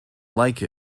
like